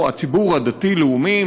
הציבור הדתי-לאומי,